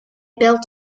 built